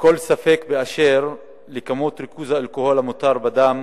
כל ספק באשר לכמות וריכוז האלכוהול המותר בדם